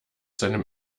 seinem